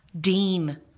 Dean